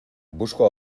busco